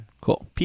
Cool